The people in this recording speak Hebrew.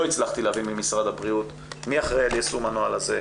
הצלחתי להבין ממשרד הבריאות מי אחראי על יישום הנוהל הזה,